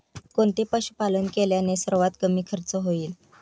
कोणते पशुपालन केल्याने सर्वात कमी खर्च होईल?